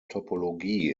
topologie